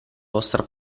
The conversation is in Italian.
vostra